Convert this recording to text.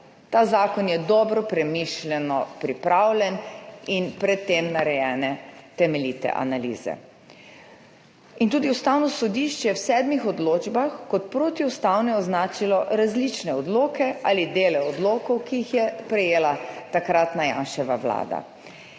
Ta zakon je dobro premišljeno pripravljen in pred tem narejene temeljite analize. Tudi Ustavno sodišče je v sedmih odločbah kot protiustavne označilo različne odloke ali dele odlokov, ki jih je sprejela takratna Janševa vlada.